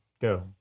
Go